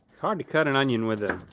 hard to cut an onion with a,